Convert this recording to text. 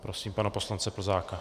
Prosím pana poslance Plzáka.